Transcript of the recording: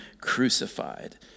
crucified